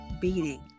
beating